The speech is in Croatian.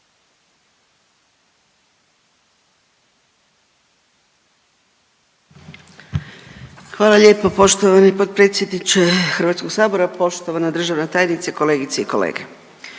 Hvala lijepo poštovani potpredsjedniče Hrvatskog sabora, poštovana državna tajnice, kolegice i kolege.